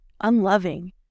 unloving